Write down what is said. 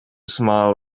smiled